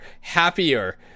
happier